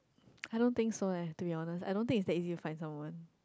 I don't think so eh to be honest I don't think it's that easy to find someone